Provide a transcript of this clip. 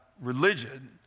religion